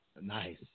Nice